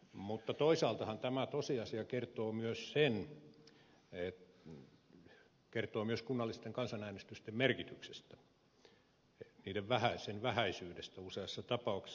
mutta toisaaltahan tämä tosiasia kertoo myös kunnallisten kansanäänestysten merkityksestä sen vähäisyydestä useassa tapauksessa